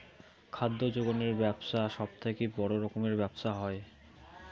খাদ্য যোখনের বেপছা সব থাকি বড় রকমের ব্যপছা হই